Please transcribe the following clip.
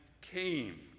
came